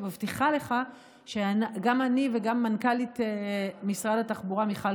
ומבטיחה לך שגם אני וגם מנכ"לית משרד התחבורה מיכל